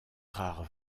rares